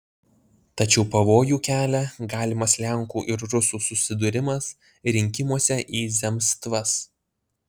tačiau pavojų kelia galimas lenkų ir rusų susidūrimas rinkimuose į zemstvas